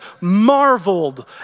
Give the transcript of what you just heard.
marveled